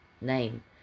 name